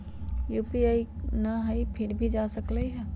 UPI न हई फिर भी जा सकलई ह?